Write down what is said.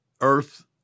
earth